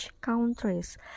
countries